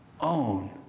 own